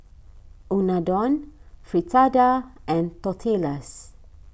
Unadon Fritada and Tortillas